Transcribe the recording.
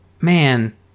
man